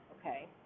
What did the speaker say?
okay